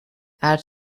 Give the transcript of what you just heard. add